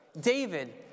David